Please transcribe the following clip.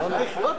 אפשר לחיות עם זה.